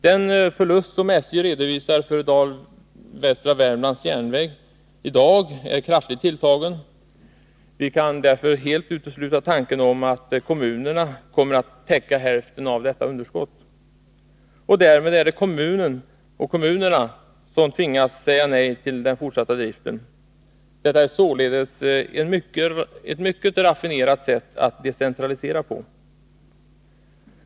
Den förlust som SJ redovisar för Dal-Västra Värmlands järnväg är kraftigt tilltagen. Vi kan därför helt utesluta möjligheten att kommunerna skulle komma att täcka hälften av underskottet. Därmed är det kommunerna som tvingas säga nej till fortsatt drift. Detta är således ett mycket raffinerat sätt att decentralisera på.